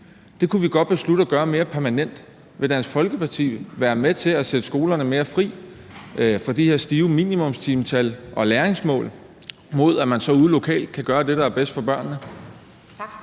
Det kunne vi godt beslutte at gøre mere permanent. Vil Dansk Folkeparti være med til at sætte skolerne mere fri fra de her stive minimumstimetal og læringsmål, mod at man så ude lokalt kan gøre det, der er bedst for børnene?